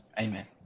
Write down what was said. amen